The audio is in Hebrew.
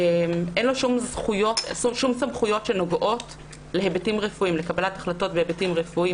אין לו שום סמכויות שנוגעות לקבלת החלטות בהיבטים רפואיים